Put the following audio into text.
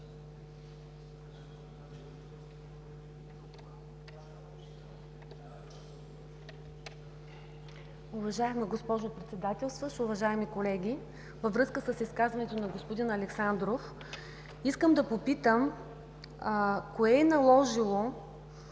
Уважаема госпожо Председател, уважаеми колеги! Във връзка с изказването на господин Александров искам да попитам: кое е наложило